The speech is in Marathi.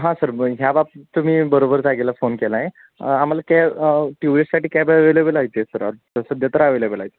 हां सर ह्या बाबतीत तुम्ही बरोबर जागेला फोन केला आहे आम्हाला कॅ ट्यूरीससाठी कॅब अवेलेबल आहे इथे सर आ सध्या तर अवेलेबल आहेत